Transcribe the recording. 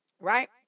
right